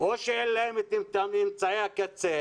- או שאין להם את אמצעי הקצה